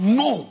no